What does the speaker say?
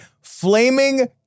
flaming